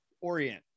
orient